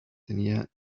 tenía